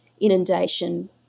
inundation